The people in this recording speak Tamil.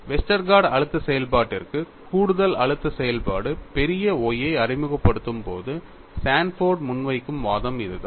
வெஸ்டர்கார்ட் அழுத்த செயல்பாட்டிற்கு கூடுதல் அழுத்த செயல்பாடு பெரிய Y ஐ அறிமுகப்படுத்தும் போது சான்போர்ட் முன்வைக்கும் வாதம் இதுதான்